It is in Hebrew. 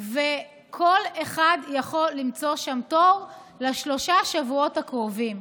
וכל אחד יכול למצוא שם תור לשלושת השבועות הקרובים.